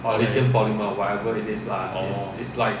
orh